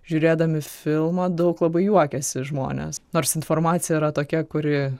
žiūrėdami filmą daug labai juokėsi žmonės nors informacija yra tokia kuri